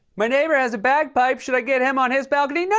my neighbor has a bagpipe. should i get him on his balcony? no,